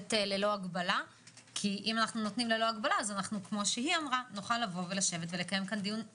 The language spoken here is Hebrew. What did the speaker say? לתת בלי הגבלה כי אם אנחנו נותנים בלי הגבלה נוכל לקיים דיון בלעדיכם,